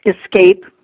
escape